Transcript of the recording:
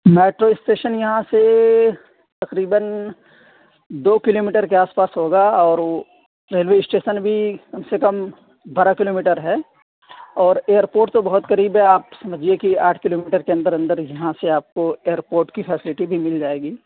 metro station یہاں سے تقریباً دو کلو میٹر کے آس پاس ہوگا اور وہ ریلوے اسٹیشن بھی کم سے کم بارہ کلو میٹر ہے اور ائیر پورٹ تو بہت قریب ہے آپ سمجھیے کہ آٹھ کلو میٹر کے اندر اندر یہاں سے آپ کو ائیر پورٹ کی فیشیلیٹی بھی مل جائے گی